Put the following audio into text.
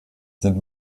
sind